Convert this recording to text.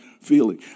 feeling